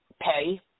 Pay